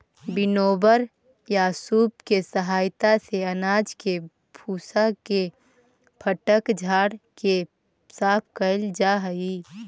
winnower या सूप के सहायता से अनाज के भूसा के फटक झाड़ के साफ कैल जा हई